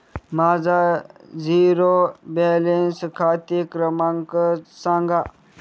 माझा zero balance खाते क्रमांक सांगा